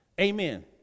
Amen